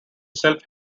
self